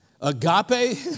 Agape